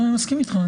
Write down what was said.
אני מסכים איתך.